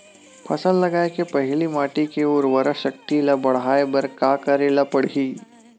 फसल लगाय के पहिली माटी के उरवरा शक्ति ल बढ़ाय बर का करेला पढ़ही?